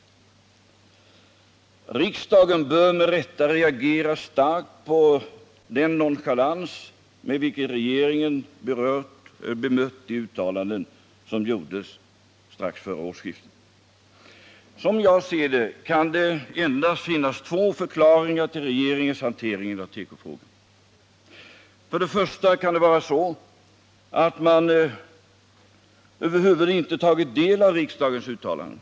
Riksdagen bör med rätta reagera starkt på den nonchalans med vilken regeringen bemött de uttalanden som gjordes strax före årsskiftet. Som jag ser det kan det endast finnas två förklaringar till regeringens hantering av tekofrågorna. Det kan vara så att man över huvud taget inte tagit del av riksdagens uttalanden.